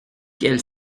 quelle